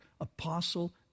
apostle